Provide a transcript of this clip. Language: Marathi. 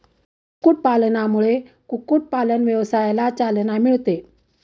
कुक्कुटपालनामुळे कुक्कुटपालन व्यवसायाला चालना मिळते